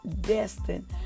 destined